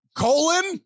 colon